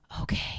okay